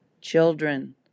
children